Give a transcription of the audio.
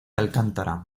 alcántara